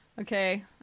Okay